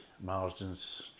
Marsden's